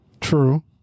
True